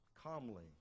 calmly